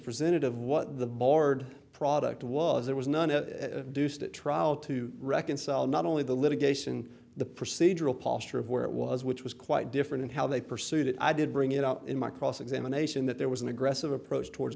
presented of what the board product was there was none to do state trial to reconcile not only the litigation the procedural posture of where it was which was quite different and how they pursued it i did bring it out in my cross examination that there was an aggressive approach towards